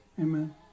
Amen